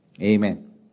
Amen